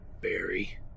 Barry